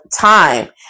time